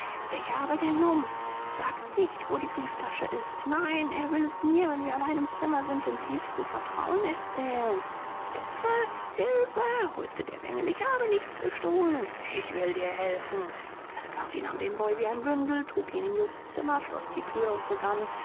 ich habe den lump sagt nicht wo die brieftasche ist nein er will es mir wenn wir allein im zimmer sind im tiefsten vertrauen erzählen hilfe hilfe heulte der bengel ich habe nichts gestohlen ich will dir helfen der askari nahm den boy wie ein bündel trug ihn in jobsts zimmer schloß die tür und begann